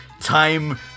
time